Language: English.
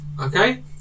Okay